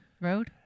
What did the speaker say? road